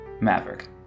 Maverick